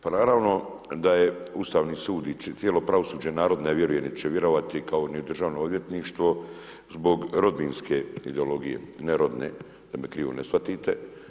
Pa naravno da je Ustavni sud i cijelo pravosuđe, narod ne vjeruje nit će vjerovati, kao ni u državno odvjetništvo zbog rodbinske ideologije, ne rodne, da me krivo ne shvatite.